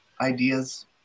ideas